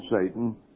Satan